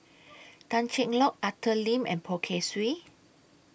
Tan Cheng Lock Arthur Lim and Poh Kay Swee